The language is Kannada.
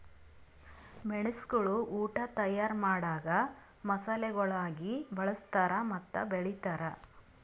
ಮೆಣಸುಗೊಳ್ ಉಟ್ ತೈಯಾರ್ ಮಾಡಾಗ್ ಮಸಾಲೆಗೊಳಾಗಿ ಬಳ್ಸತಾರ್ ಮತ್ತ ಬೆಳಿತಾರ್